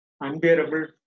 unbearable